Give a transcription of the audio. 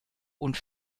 und